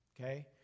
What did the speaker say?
Okay